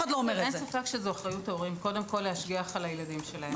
אין ספק שזו אחריות הורים להשגיח קודם כול על הילדים שלהם.